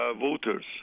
voters